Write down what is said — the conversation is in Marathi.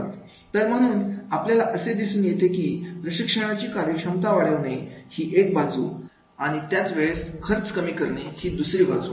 तर म्हणून आपल्याला असे दिसून येते की प्रशिक्षणाची कार्यक्षमता वाढवणे ही एक बाजू आणि त्याच वेळेस खर्च कमी करणे ही दुसरी बाजू